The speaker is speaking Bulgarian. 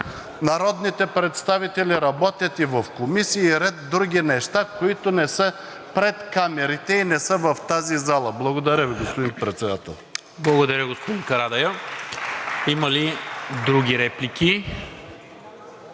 народните представители работят и в комисии, и ред други неща, които не са пред камерите и не са в тази зала. Благодаря Ви, господин Председател.